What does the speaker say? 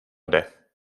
jde